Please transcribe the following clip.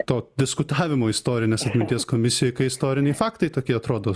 to diskutavimo istorinės atminties komisijoj kai istoriniai faktai tokie atrodo